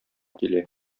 килә